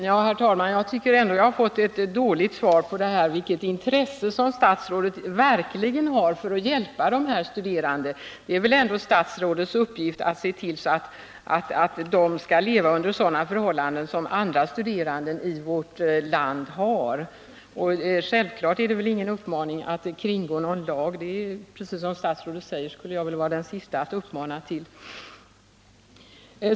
Herr talman! Jag tycker ändå att jag har fått ett dåligt svar på frågan vilket intresse statsrådet verkligen har för att hjälpa de här studerandena. Det är väl ändå statsrådets uppgift att se till att de skall leva under sådana förhållanden som andra studerande i vårt land har. Det är självklart ingen uppmaning att kringgå någon lag. Det skulle jag, precis som statsrådet själv säger, vara den sista att uppmana till.